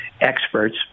experts